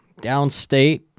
downstate